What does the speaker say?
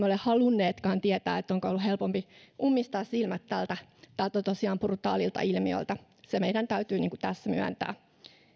ole halunneetkaan tietää onko ollut helpompi ummistaa silmät tältä tältä tosiaan brutaalilta ilmiöltä se meidän täytyy tässä myöntää